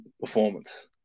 performance